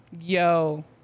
Yo